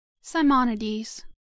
SIMONIDES